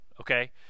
okay